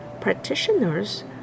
practitioners